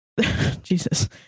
jesus